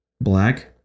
Black